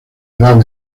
edad